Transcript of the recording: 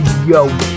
Yo